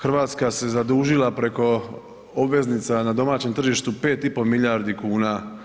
Hrvatska se zadužila preko obveznica na domaćem tržištu 5,5 milijardi kuna.